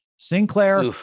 Sinclair